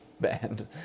banned